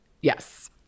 Yes